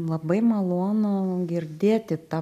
labai malonu girdėti tą